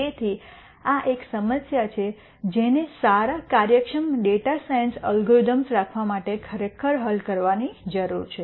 તેથી આ એક સમસ્યા છે જેને સારા કાર્યક્ષમ ડેટા સાયન્સ અલ્ગોરિથિમ્સ રાખવા માટે ખરેખર હલ કરવાની જરૂર છે